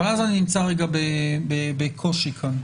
אבל אני נמצא בקושי כאן.